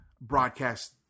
broadcast